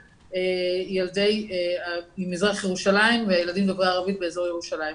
ילדי מזרח ירושלים וילדים דוברי ערבית באזור ירושלים.